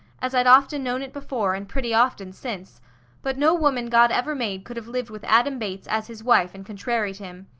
as i'd often known it before, and pretty often since but no woman god ever made could have lived with adam bates as his wife and contraried him.